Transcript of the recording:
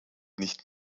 nicht